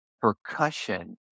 percussion